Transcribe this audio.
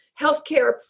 healthcare